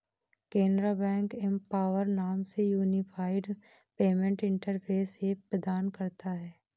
Canara bank empower नाम से unified payment interface app प्रदान करता हैं